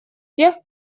тех